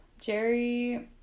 Jerry